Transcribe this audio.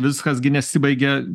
viskas gi nesibaigia